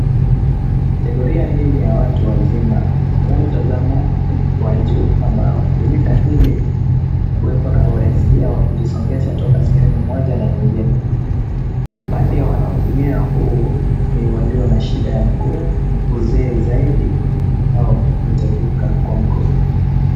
Kategoria hii ni ya watu wazima. Unavyotazama, huu ni mkwaju, ambao hutumika ili kuwepo na urahisi wa kujisongesha toka moja na nyingine. Baadhi ya wanaoutumia huu, ni walio na shida ya mguu, uzee zaidi au kutekuka kwa mguu.